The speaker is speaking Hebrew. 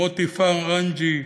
מוטי פרנג'י,